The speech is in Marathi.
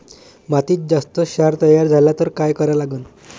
मातीत जास्त क्षार तयार झाला तर काय करा लागन?